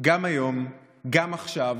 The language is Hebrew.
גם היום, גם עכשיו,